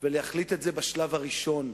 ולהחליט את זה בשלב הראשון,